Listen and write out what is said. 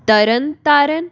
Tarn Taran